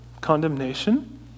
condemnation